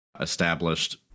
established